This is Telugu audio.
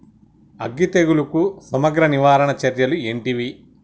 అగ్గి తెగులుకు సమగ్ర నివారణ చర్యలు ఏంటివి?